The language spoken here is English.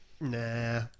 Nah